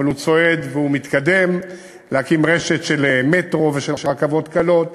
אבל הוא צועד והוא מתקדם: להקים רשת של מטרו ושל רכבות קלות,